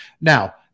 Now